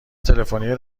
تلفنی